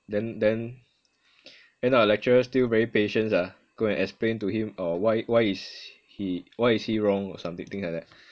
then then then our lecturer still very patient sia go and explain to him uh why why is he why is he wrong or something like that